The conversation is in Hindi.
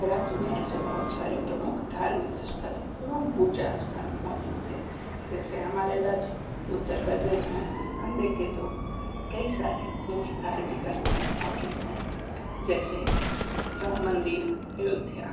राज्य में ऐसे बहुत सारे प्रमुख धार्मिक स्थल है एवं पूजा स्थान मौजूद है जैसे हमारे राज्य उत्तर प्रदेश में हम देखें तो कई सारे मुख्य धार्मिक स्थल मौजूद है जैसे राम मंदिर अयोध्या